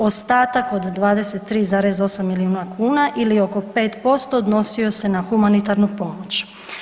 Ostatak od 23,8 milijuna kuna ili oko 5% odnosio se na humanitarnu pomoć.